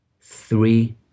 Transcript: three